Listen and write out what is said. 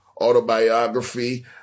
autobiography